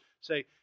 say